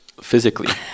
physically